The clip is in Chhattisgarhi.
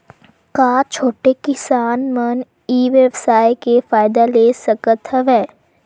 का छोटे किसान मन ई व्यवसाय के फ़ायदा ले सकत हवय?